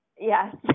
Yes